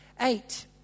eight